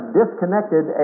disconnected